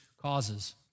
causes